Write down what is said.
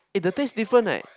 eh the taste different right